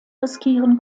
riskieren